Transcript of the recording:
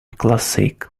classic